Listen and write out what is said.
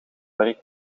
werk